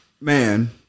Man